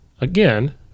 again –